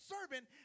servant